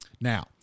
Now